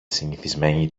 συνηθισμένη